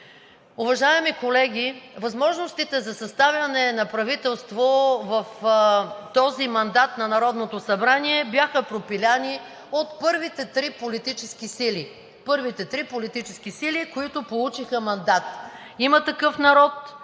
Уважаеми колеги, възможностите за съставяне на правителство в този мандат на Народното събрание бяха пропилени от първите три политически сили, които получиха мандат – „Има такъв народ“,